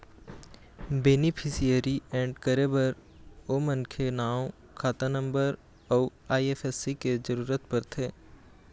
beneficiary add करे बर ओ मनखे के नांव, खाता नंबर अउ आई.एफ.एस.सी के जरूरत परथे